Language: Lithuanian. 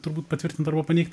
turbūt patvirtint arba paneigt